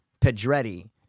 Pedretti